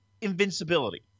invincibility